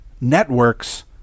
networks